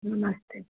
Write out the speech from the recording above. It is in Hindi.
नमस्ते